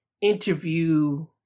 interview